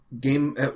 game